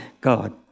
God